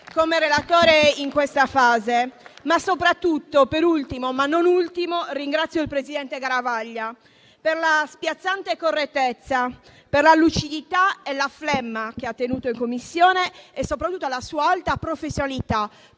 che ha messo in questa fase, ma soprattutto per ultimo, ma non ultimo, il presidente Garavaglia per la spiazzante correttezza, per la lucidità e la flemma che ha tenuto in Commissione e soprattutto per la sua alta professionalità,